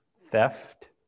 Theft